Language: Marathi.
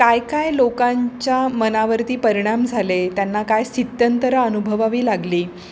काय काय लोकांच्या मनावरती परिणाम झाले त्यांना काय स्थित्यंतरं अनुभवावी लागली